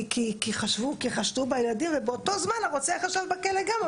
כי חשדו בילדים ובאותו זמן הרוצח ישב בכלא גם,